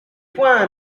point